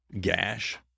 gash